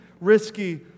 risky